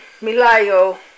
Milayo